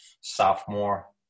sophomore